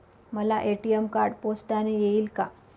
मला ATM card पोस्टाने येईल का?